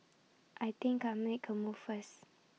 I think I'll make A move first